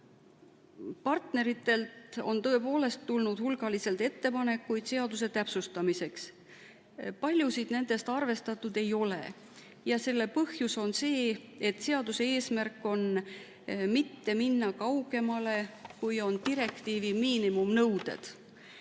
Partneritelt on tulnud hulgaliselt ettepanekuid seaduse täpsustamiseks. Paljusid nendest arvestatud ei ole. Selle põhjus on see, et seaduse eesmärk on mitte minna kaugemale, kui on direktiivi miinimumnõuded,